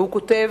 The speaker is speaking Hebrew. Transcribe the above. והוא כותב: